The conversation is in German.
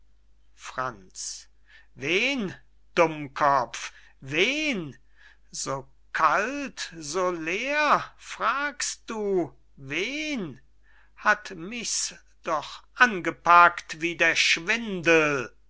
franz wen dummkopf wen so kalt so leer fragst du wen hat mich's doch angepackt wie der schwindel